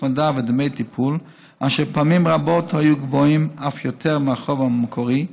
הצמדה ודמי טיפול אשר פעמים רבות היו גבוהים אף יותר מהחוב המקורי,